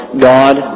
God